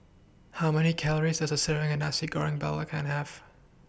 How Many Calories Does A Serving of Nasi Goreng Belacan Have